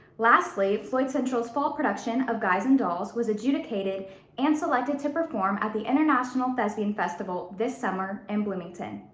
lastly, floyd central's fall production of guys and dolls was adjudicated and selected to perform at the international thespian festival this summer in bloomington.